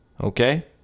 Okay